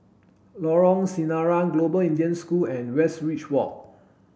Lorong Sinaran Global Indian School and Westridge Walk